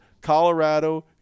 colorado